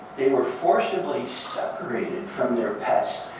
they were forcibly separated from their pets.